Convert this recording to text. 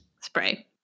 spray